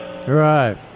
Right